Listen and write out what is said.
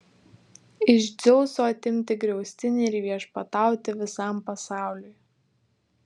iš dzeuso atimti griaustinį ir viešpatauti visam pasauliui